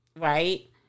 right